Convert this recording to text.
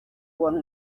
one